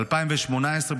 ב-2018,